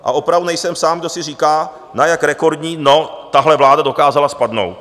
A opravdu nejsem sám, kdo si říká, na jak rekordní dno tahle vláda dokázala spadnout.